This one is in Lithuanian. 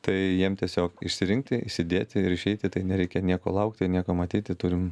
tai jiem tiesiog išsirinkti įsidėti ir išeiti tai nereikia nieko laukti nieko matyti turim